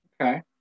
Okay